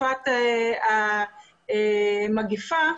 בתקופת המגיפה,